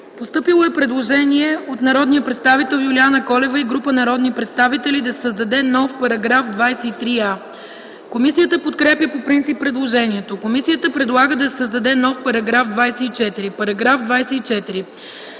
Постъпило е предложение от народния представител Юлиана Колева и група народни представители да се създаде нов § 23а: Комисията подкрепя по принцип предложението. Комисията предлага да се създаде нов § 24: „§ 24.